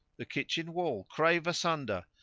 the kitchen wall crave asunder,